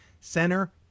Center